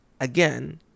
again